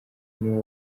niwe